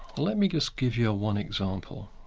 let me just give you ah one example.